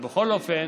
בכל אופן,